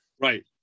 right